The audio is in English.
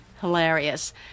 hilarious